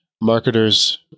marketers